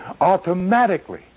automatically